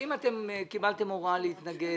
יש אפשרות בעתירה מנהלית לבתי משפט.